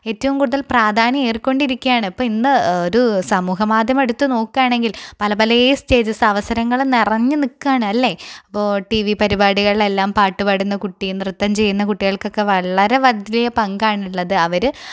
ഏറ്റവും കൂടുതൽ പ്രധാന്യം ഏറികൊണ്ടിരിക്കുകയാണ് ഇപ്പം ഇന്ന് സമൂഹമാധ്യമം എടുത്ത് നോക്കുകയാണെങ്കിൽ പല പല സ്റ്റേജ്സ് അവസരങ്ങള് നിറഞ്ഞു നിൽക്കുകയാണല്ലോ അപ്പോൾ ടി വി പരിപാടികളിലെല്ലാം പാട്ടുപാടുന്ന കുട്ടി നൃത്തം ചെയ്യുന്ന കുട്ടികൾക്കൊക്കെ വളരെ വലിയ പങ്കാണ് ഉള്ളത് അവര്